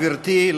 גברתי,